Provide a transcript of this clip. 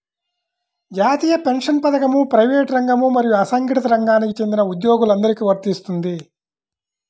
జాతీయ పెన్షన్ పథకం ప్రైవేటు రంగం మరియు అసంఘటిత రంగానికి చెందిన ఉద్యోగులందరికీ వర్తిస్తుంది